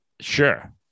Sure